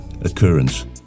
occurrence